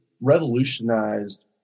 revolutionized